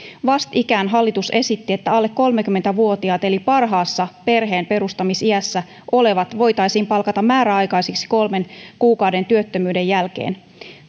vastikään hallitus esitti että alle kolmekymmentä vuotiaat eli parhaassa perheenperustamisiässä olevat voitaisiin palkata määräaikaisiksi kolmen kuukauden työttömyyden jälkeen